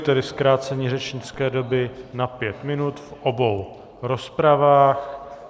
Tedy zkrácení řečnické doby na pět minut v obou rozpravách.